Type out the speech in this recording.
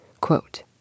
Quote